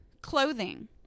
clothing